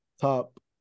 top